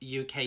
uk